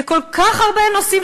כל כך הרבה נושאים,